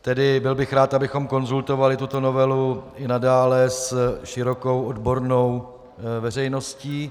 Tedy byl bych rád, abychom konzultovali tuto novelu i nadále s širokou odbornou veřejností.